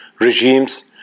regimes